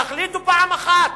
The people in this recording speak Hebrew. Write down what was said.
תחליטו פעם אחת.